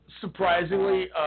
surprisingly